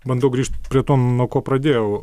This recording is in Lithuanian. bandau grįžt prie to nuo ko pradėjau